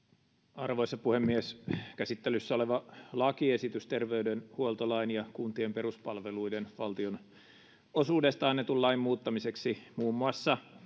arvoisa puhemies käsittelyssä oleva lakiesitys terveydenhuoltolain ja kuntien peruspalveluiden valtionosuudesta annetun lain muuttamiseksi muun muassa